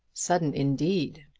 sudden indeed.